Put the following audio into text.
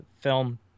film